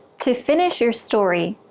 to finish your story,